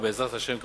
ובעזרת השם,